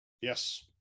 Yes